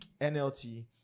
nlt